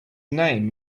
name